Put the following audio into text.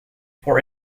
for